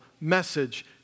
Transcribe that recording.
message